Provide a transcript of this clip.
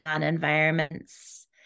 environments